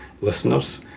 listeners